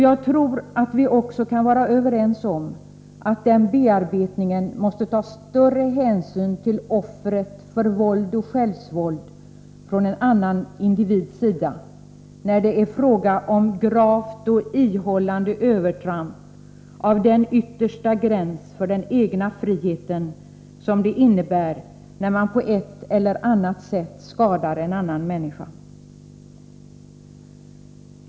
Jag tror att vi också kan vara överens om att den bearbetningen måste ta större hänsyn till offret för våld och självsvåld från en annan individs sida när det är fråga om ett sådant gravt och ihållande övertramp av den yttersta gräns för den egna friheten som det innebär när man på ett eller annat sätt skadar en annan människa.